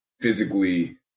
physically